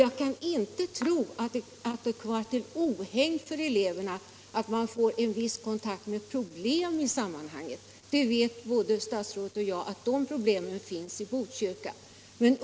Jag kan inte tro att det skulle vara till ohägn för eleverna att få en viss kontakt med problem inom området — både statsrådet och jag vet att sådana problem finns i Botkyrka.